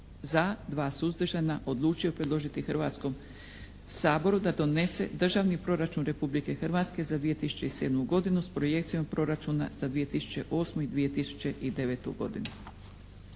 za, 2 suzdržana odlučio predložiti Hrvatskom saboru da donese Državni proračuna Republike Hrvatske za 2007. godinu s projekcijom proračuna za 2008. i 2009. godinu.